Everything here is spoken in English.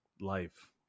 life